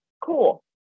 cool